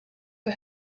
for